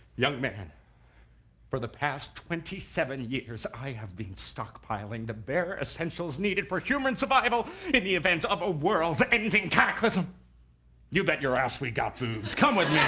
young man for the past twenty seven years i have been stockpiling the bare essentials needed for human survival in the events of a world ending cataclysm you bet your ass we got booze! come with